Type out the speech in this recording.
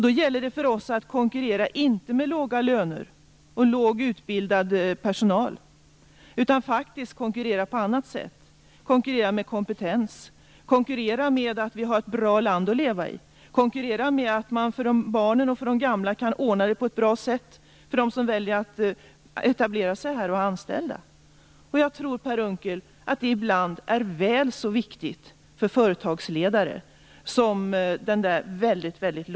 Då gäller det för oss att konkurrera inte med låga löner och lågutbildad personal utan på annat sätt. Vi skall konkurrera med kompetens och med att de som väljer att etablera sig här och anställa har ett bra land att leva i och att vi kan ordna det på ett bra sätt för barnen och de gamla. Jag tror, Per Unckel, att det ibland är väl så viktigt för företagsledare som de väldigt låga lönerna.